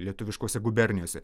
lietuviškose gubernijose